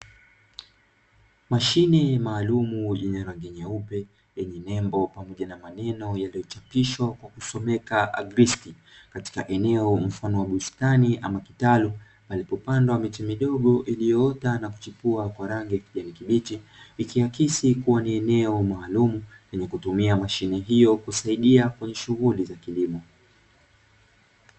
Mashine maalumu yenye rangi nyeupe, yenye nembo pamoja na maneno yaliyochapishwa na kusomeka ''agrisiti'' katika eneo la bustani ama kitalu, palipopandwa miche midogo iliyopandwa na kuchipua kwa rangi ya kijani kibichi, ikiakisi kuwa ni eneo maalumu lenye kutumia mashine hiyo kusaidia katika shughuli za kilimo.